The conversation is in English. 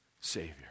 Savior